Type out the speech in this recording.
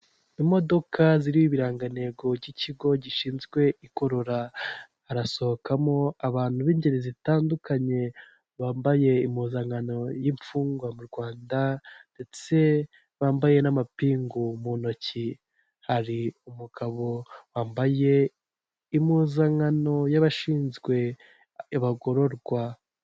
Imodoka ziriho ibirangantego cy'ikigo gishinzwe igorora harasohokamo abantu b'ingeri zitandukanye bambaye impuzankano y'imfungwa mu Rwanda ndetse bambaye n'amapingu mu ntoki, hari umugabo wambaye impuzankano y'abashinzwe abagororwa.